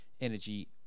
energy